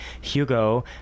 Hugo